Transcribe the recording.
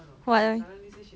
what eh